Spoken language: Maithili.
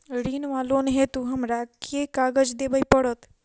ऋण वा लोन हेतु हमरा केँ कागज देबै पड़त?